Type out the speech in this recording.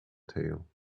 tail